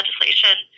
legislation